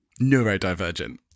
neurodivergent